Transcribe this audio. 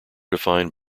defined